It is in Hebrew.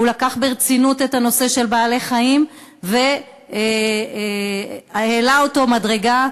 הוא לקח ברצינות את הנושא של בעלי-חיים והעלה אותו מדרגה,